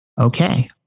Okay